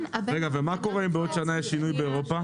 ומה קורה אם בעוד שנה יש שינוי באירופה?